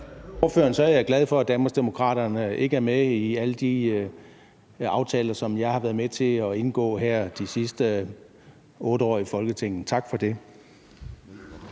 han er glad for, at Danmarksdemokraterne ikke er med i alle de aftaler, som jeg har været med til at indgå de sidste 8 år i Folketinget, vil jeg